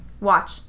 Watch